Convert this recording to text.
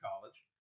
college